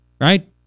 Right